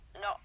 No